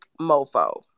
mofo